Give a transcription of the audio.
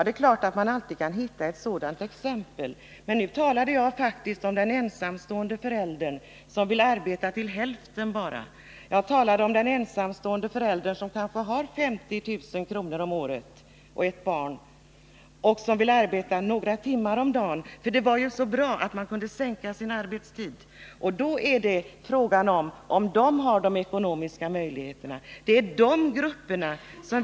Det är klart att man kan hitta ett sådant exempel, men nu talade jag faktiskt om den ensamstående föräldern som vill arbeta bara till hälften. Jag talade om den ensamstående föräldern som kanske har en inkomst på 50 000 kr. om året och ett barn och som vill arbeta några timmar om dagen — för det var ju så bra att man kunde minska sin arbetstid! Då är frågan om den föräldern har de ekonomiska möjligheterna att förverkliga sina önskemål.